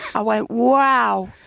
i went wow,